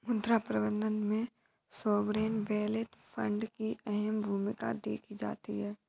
मुद्रा प्रबन्धन में सॉवरेन वेल्थ फंड की अहम भूमिका देखी जाती है